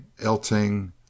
Elting